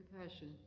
compassion